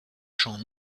chants